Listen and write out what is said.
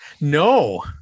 No